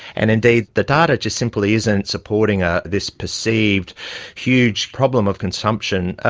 and indeed, the data just simply isn't supporting ah this perceived huge problem of consumption.